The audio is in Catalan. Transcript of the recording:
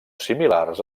similars